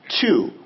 two